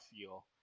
feel